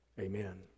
Amen